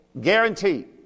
Guaranteed